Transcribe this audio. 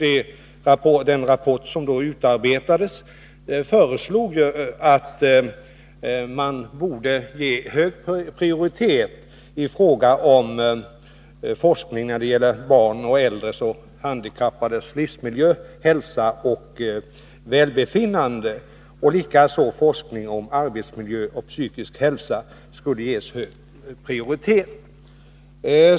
I den rapport som då utarbetades föreslogs att man skulle ge hög prioritet åt forskning när det gäller barns, äldres och handikappades livsmiljö, hälsa och välbefinnande. Likaså skulle forskning om arbetsmiljö och psykisk hälsa ges hög prioritet.